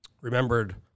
remembered